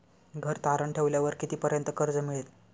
घर तारण ठेवल्यावर कितीपर्यंत कर्ज मिळेल?